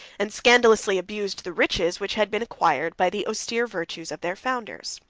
and scandalously abused the riches which had been acquired by the austere virtues of their founders.